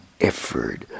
effort